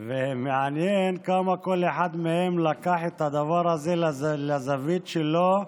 מעניין כמה כל אחד מהם לקח את הדבר הזה לזווית שלו,